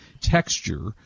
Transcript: Texture